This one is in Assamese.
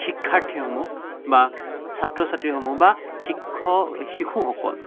শিক্ষাৰ্থীসমূহ বা ছাত্ৰ ছাত্ৰীসমূহ বা শিক্ষক শিশুসকল